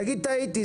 תגיד: טעיתי.